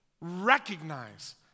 recognize